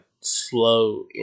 slow